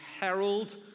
herald